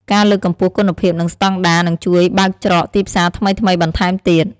ការលើកកម្ពស់គុណភាពនិងស្តង់ដារនឹងជួយបើកច្រកទីផ្សារថ្មីៗបន្ថែមទៀត។